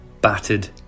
battered